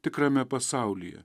tikrame pasaulyje